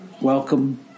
welcome